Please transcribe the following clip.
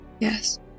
Yes